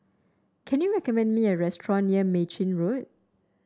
can you recommend me a restaurant near Mei Chin Road